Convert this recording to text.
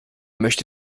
möchte